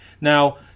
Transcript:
Now